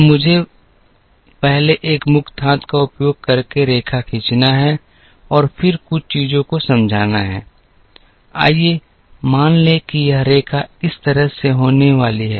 तो मुझे पहले एक मुक्त हाथ का उपयोग करके रेखा खींचना है और फिर कुछ चीजों को समझाना है आइए मान लें कि यह रेखा इस तरह से होने वाली है